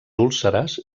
úlceres